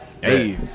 Hey